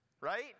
right